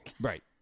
Right